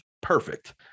Perfect